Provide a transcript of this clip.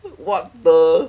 what the